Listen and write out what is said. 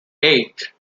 eight